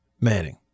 Manning